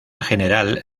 general